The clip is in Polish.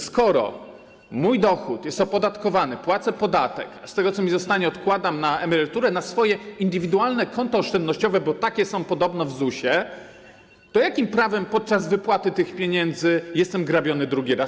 Skoro mój dochód jest opodatkowany, opłacę podatek, a z tego, co mi zostanie, odkładam na emeryturę, na swoje indywidualne konto oszczędnościowe, bo takie są podobno w ZUS-ie, to jakim prawem podczas wypłaty tych pieniędzy jestem grabiony drugi raz?